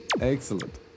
Excellent